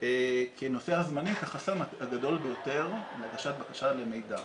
נושא הזמנים כחסם הגדול ביותר להגשת בקשה מידע.